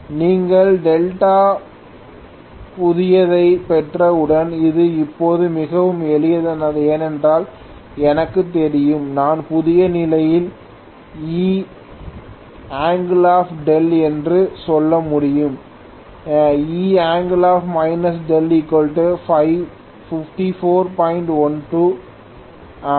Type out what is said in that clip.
நீங்கள் டெல்டா புதியதைப் பெற்றவுடன் இது இப்போது மிகவும் எளிதானது ஏனென்றால் எனக்குத் தெரியும் நான் புதிய நிலையில் E δ என்று சொல்ல முடியும் E δ5412 5